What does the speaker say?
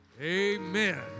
Amen